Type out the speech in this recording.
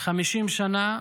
50 שנה,